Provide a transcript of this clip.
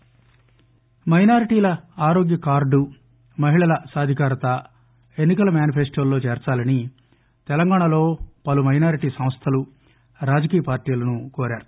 minorities మైనారిటీల ఆరోగ్య card మహిళల సాధికారత ఎన్ని కల మేనిఫెస్టోల్లో చేర్పాలని తెలంగాణలో పలు మైనారిటీ సంస్థలు రాజకీయ పార్టీలను కోరారు